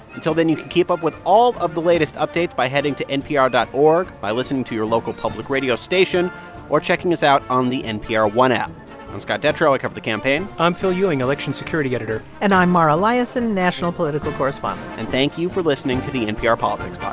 until then, you can keep up with all of the latest updates by heading to npr dot org, by listening to your local public radio station or checking us out on the npr one app i'm scott detrow. i cover the campaign i'm phil ewing, election security editor and i'm mara liasson, national political correspondent and thank you for listening to the npr politics